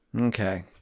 Okay